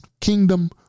Kingdom